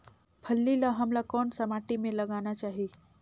फल्ली ल हमला कौन सा माटी मे लगाना चाही?